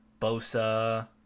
bosa